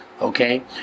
Okay